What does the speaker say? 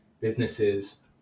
businesses